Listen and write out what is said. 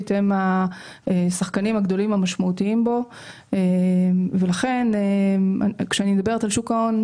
הם השחקנים הגדולים המשמעותיים בו ולכן כשאני מדברת על שוק ההון,